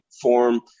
form